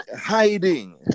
hiding